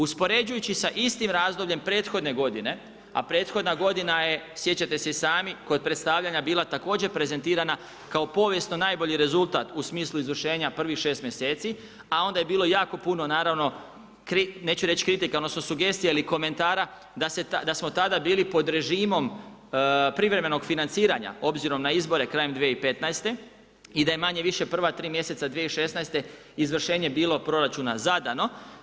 Uspoređujući sa istim razdobljem prethodne godine, a prethodna godina je, sjećate se i sami kod predstavljanja bila također prezentirana kao povijesno najbolji rezultat u smislu izvršenja prvih 6 mjeseci a onda je bilo jako puno naravno neće reći kritika, odnosno sugestija ili komentara da smo tada bili pod režimom privremenog financiranja obzirom na izbore krajem 2015. i da je manje-više prva tri mjeseca 2016. izvršenje bilo proračuna zadano.